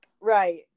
Right